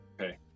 Okay